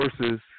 versus